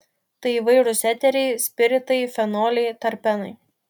tai įvairūs eteriai spiritai fenoliai terpenai